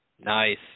Nice